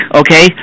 okay